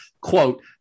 quote